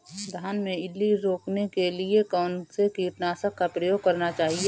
धान में इल्ली रोकने के लिए कौनसे कीटनाशक का प्रयोग करना चाहिए?